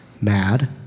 Mad